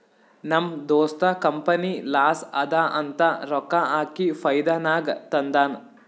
ನಮ್ ದೋಸ್ತ company loss ಅದಾ ಅಂತ ರೊಕ್ಕಾ ಹಾಕಿ ಫೈದಾ ನಾಗ್ ತಂದಾನ್